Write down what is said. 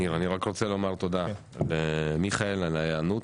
אני רק רוצה לומר תודה למיכאל על ההיענות